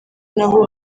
naho